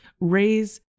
raise